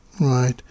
Right